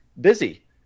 busy